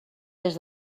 des